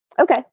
Okay